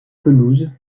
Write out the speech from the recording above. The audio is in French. pelouse